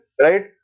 right